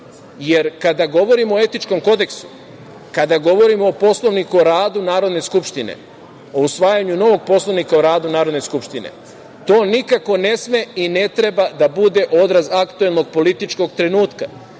jer kada govorimo o etičkom kodeksu, kada govorimo o Poslovniku o radu Narodne skupštine, o usvajanju novog Poslovnika o radu Narodne skupštine, to nikako ne sme i ne treba da bude odraz aktuelnog političkog trenutka,